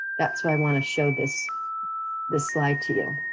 that's why i wanna show this this slide to you.